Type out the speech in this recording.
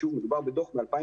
שוב, מדובר על דוח מ-2016.